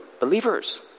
believers